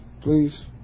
please